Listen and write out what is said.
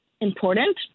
important